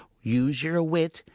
use your wit!